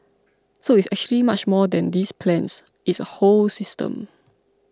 so it's actually much more than these plans it's a whole system